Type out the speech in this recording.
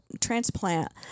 transplant